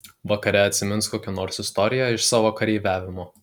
vakare atsimins kokią nors istoriją iš savo kareiviavimo